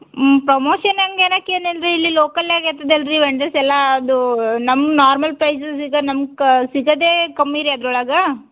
ಹ್ಞೂ ಪ್ರೊಮೋಷನ್ ಹೆಂಗೆ ಏನಕ್ಕೆ ಏನಿಲ್ಲ ರೀ ಇಲ್ಲಿ ಲೋಕಲ್ನಾಗ್ ಇರ್ತಾದ ಅಲ್ರಿ ವೆಂಡರ್ಸ್ ಎಲ್ಲ ಅದು ನಮ್ಮ ನಾರ್ಮಲ್ ಪ್ರೈಸಸಿಗೆ ನಮ್ಗೆ ಸಿಗೋದೇ ಕಮ್ಮಿ ರೀ ಅದ್ರ ಒಳಗೆ